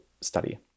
study